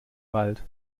wald